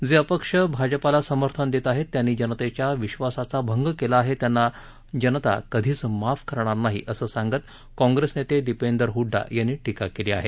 जे अपक्ष भाजपाला समर्थन देत आहेत त्यांनी जनतेच्या विश्वासाचा भंग केला आहे त्यांना जनता कधीच माफ करणार नाहीं असं सांगत काँग्रेस नेते दीपेंदर हुडा यांनी टीका केली आहे